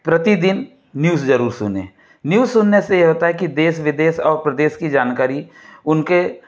प्रतिदिन न्यूज़ ज़रूर सुनें न्यूज़ सुनने से ये होता है कि देश विदेश और प्रदेश की जानकारी उनके